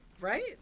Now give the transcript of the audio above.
Right